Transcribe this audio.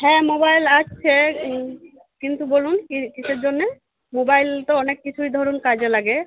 হ্যাঁ মোবাইল আছে কিন্তু বলুন কীসের জন্যে মোবাইল তো অনেক কিছুই ধরুন কাজে লাগে